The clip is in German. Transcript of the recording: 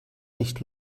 nicht